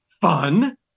fun